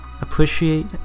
Appreciate